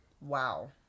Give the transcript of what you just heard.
Wow